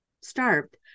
starved